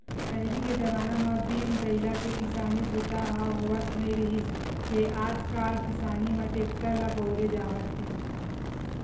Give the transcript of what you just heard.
पहिली के जमाना म बिन बइला के किसानी बूता ह होवत नइ रिहिस हे आजकाल किसानी म टेक्टर ल बउरे जावत हे